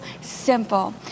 simple